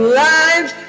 lines